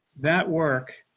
that work.